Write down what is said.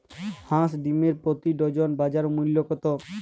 হাঁস ডিমের প্রতি ডজনে বাজার মূল্য কত?